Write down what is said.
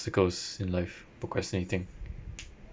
obstacles in life procrastinating